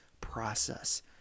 process